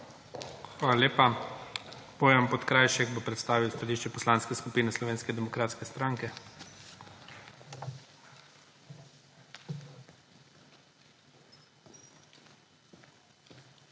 Hvala lepa. Bojan Podkrajšek bo prestavil stališče Poslanske skupine Slovenske demokratske stranke.